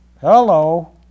Hello